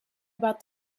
about